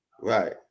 Right